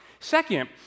Second